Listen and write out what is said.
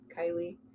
Kylie